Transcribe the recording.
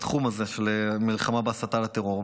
בתחום הזה של המלחמה בהסתה לטרור.